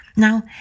Now